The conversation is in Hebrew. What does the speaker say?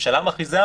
הממשלה מכריזה,